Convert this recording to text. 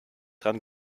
dran